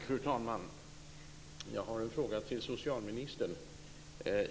Fru talman! Jag har en fråga till socialministern.